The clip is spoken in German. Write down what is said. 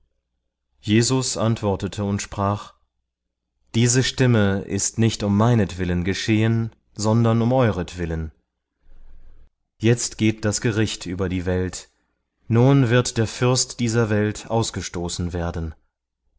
jesus antwortete und sprach diese stimme ist nicht um meinetwillen geschehen sondern um euretwillen jetzt geht das gericht über die welt nun wird der fürst dieser welt ausgestoßen werden